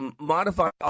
modified